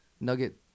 nugget